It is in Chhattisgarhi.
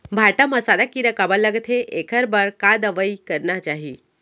भांटा म सादा कीरा काबर लगथे एखर बर का दवई करना चाही?